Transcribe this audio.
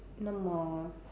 no more